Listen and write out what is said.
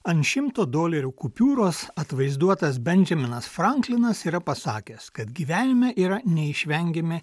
ant šimto dolerių kupiūros atvaizduotas bendžaminas franklinas yra pasakęs kad gyvenime yra neišvengiami